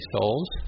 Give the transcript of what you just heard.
Souls